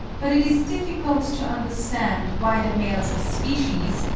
but it is difficult to understand why the males of species,